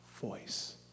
voice